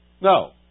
No